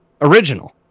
original